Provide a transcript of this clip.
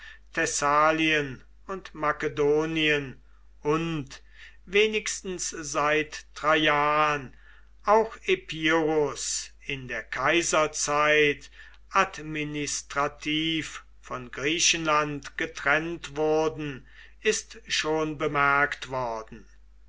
thessalien und makedonien und wenigstens seit traian auch epirus in der kaiserzeit administrativ von griechenland getrennt wurden ist schon bemerkt worden